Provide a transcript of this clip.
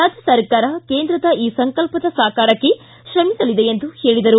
ರಾಜ್ಯ ಸರ್ಕಾರ ಕೇಂದ್ರದ ಈ ಸಂಕಲ್ಪದ ಸಾಕಾರಕ್ಕೆ ಶ್ರಮಿಸಲಿದೆ ಎಂದು ತಿಳಿಸಿದರು